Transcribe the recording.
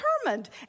determined